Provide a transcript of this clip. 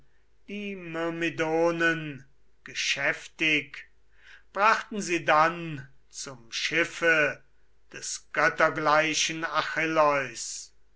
die myrmidonen geschäftig brachten sie dann zum schiffe des göttergleichen